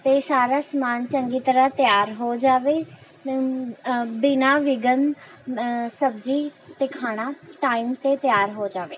ਅਤੇ ਸਾਰਾ ਸਮਾਨ ਚੰਗੀ ਤਰ੍ਹਾਂ ਤਿਆਰ ਹੋ ਜਾਵੇ ਬਿਨ੍ਹਾਂ ਵਿਘਨ ਸਬਜ਼ੀ ਅਤੇ ਖਾਣਾ ਟਾਈਮ 'ਤੇ ਤਿਆਰ ਹੋ ਜਾਵੇ